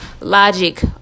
logic